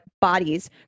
bodies